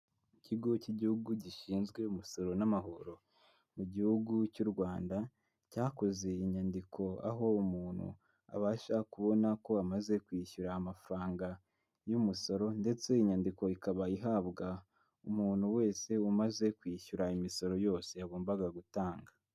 Ikigo cy'igihugu gishinzwe umusoro n'amahoro mu gihugu cy'u Rwanda, cyakoze inyandiko aho umuntu abasha kubona ko amaze kwishyura amafaranga y'umusoro ndetse inyandiko ikaba ihabwa umuntu wese umaze kwishyura imisoro yose yagombaga gutanga.